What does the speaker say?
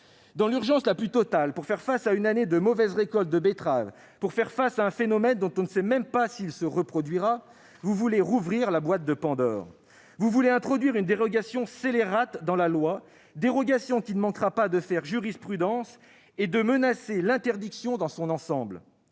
Dans l'urgence la plus totale, pour faire face à une année de mauvaise récolte de betterave, pour faire face à un phénomène dont on ne sait même pas s'il se reproduira, vous voulez rouvrir la boîte de Pandore. Vous voulez introduire une dérogation scélérate dans la loi, dérogation qui ne manquera pas de faire jurisprudence et de menacer l'interdiction dans son ensemble.